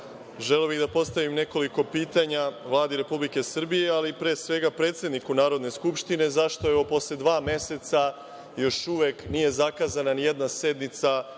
bih da postavim nekoliko pitanja Vladi Republike Srbije, ali pre svega, predsedniku Narodne skupštine, zašto je evo, posle dva meseca još uvek nije zakazana nijedna sednica